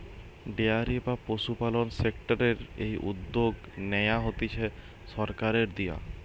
dairy বা পশুপালন সেক্টরের এই উদ্যগ নেয়া হতিছে সরকারের দিয়া